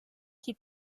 qui